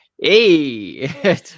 hey